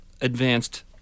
advanced